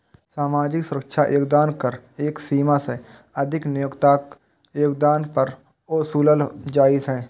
सामाजिक सुरक्षा योगदान कर एक सीमा सं अधिक नियोक्ताक योगदान पर ओसूलल जाइ छै